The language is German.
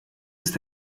ist